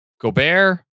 Gobert